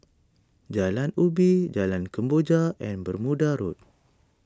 Jalan Ubi Jalan Kemboja and Bermuda Road